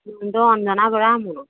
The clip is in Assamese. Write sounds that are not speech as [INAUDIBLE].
[UNINTELLIGIBLE]